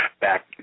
back